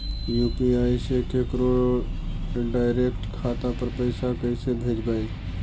UPI से केकरो direct खाता पर पैसा कैसे भेजबै?